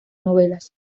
novelas